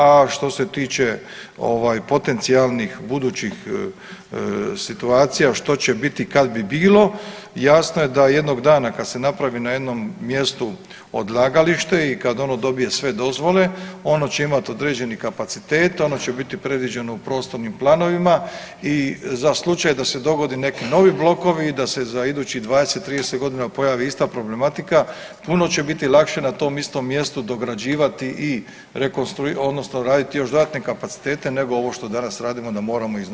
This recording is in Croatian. A što se tiče potencijalnih budućih situacija što će biti kad bi bilo, jasno je da jednog dana kad se napravi na jednom mjestu odlagalište i kad ono dobije sve dozvole ono će imati određeni kapacitet, ono će biti predviđeno u prostornim planovima i za slučaj da se dogode neki novi blokovi i da se za idućih 20, 30 godina pojavi ista problematika puno će biti lakše na tom istom mjestu dograđivati i raditi još dodatne kapacitete nego ovo što danas radimo da moramo iznova nešto napraviti.